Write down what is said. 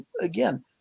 again